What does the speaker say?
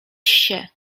się